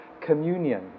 communion